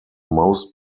most